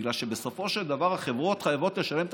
בגלל שבסופו של דבר החברות חייבות לשלם על